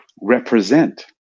represent